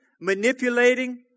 manipulating